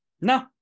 no